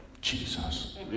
Jesus